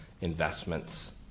investments